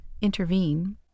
intervene